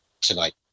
tonight